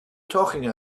talking